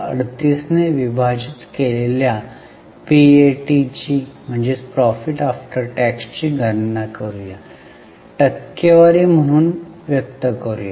38 ने विभाजित केलेल्या पीएटीची गणना करूया टक्केवारी म्हणून व्यक्त करूया